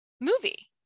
movie